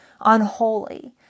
unholy